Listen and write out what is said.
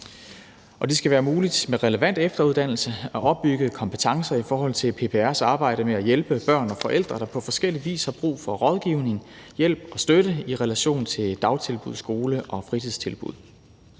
det skal være muligt med relevant efteruddannelse at opbygge kompetencer i forhold til PPR's arbejde med at hjælpe børn og forældre, der på forskellig vis har brug for rådgivning, hjælp og støtte i relation til dagtilbud, skole og fritidstilbud.